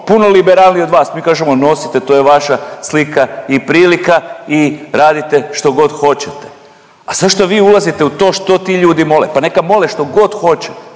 puno liberalniji od vas, mi kažemo nosite to je vaša slika i prilika i radite što god hoćete. A zašto vi ulazite u to što ti ljudi mole, pa neka mole što god hoće.